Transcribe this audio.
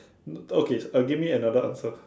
okay uh give me another answer